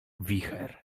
wicher